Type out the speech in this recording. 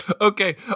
Okay